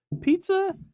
pizza